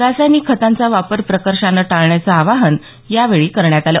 रासायनिक खतांचा वापर प्रकर्षाने टाळण्याचं आवाहन यावेळी करण्यात आलं